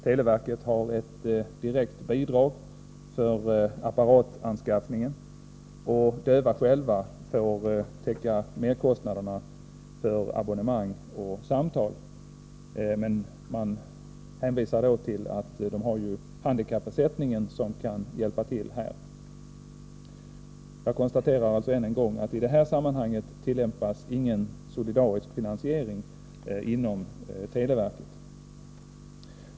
Televerket har ett direkt bidrag för apparatanskaffningen, och döva får själva betala merkostnaderna för abonnemang och samtal — man hänvisar då till att de har handikappersättningen som kan hjälpa till. Jag konstaterar alltså än en gång att i det här sammanhanget tillämpas ingen solidarisk finansiering inom televerket.